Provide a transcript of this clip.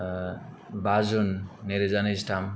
बा जुन नैरोजा नैजिथाम